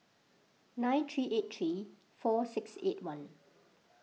nine three eight three four six eight one